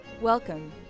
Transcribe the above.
Welcome